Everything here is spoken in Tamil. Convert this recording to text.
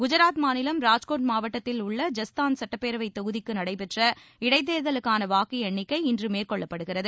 குஜராத் மாநிலம் ராஜ்கோட் மாவட்டத்தில் உள்ள ஜஸ்தான் சட்டப்பேரவை தொகுதிக்கு நடைபெற்ற இடைத்தேர்தலுக்காகன வாக்குஎண்ணிக்கை இன்று மேற்கொள்ளப்படுகிறது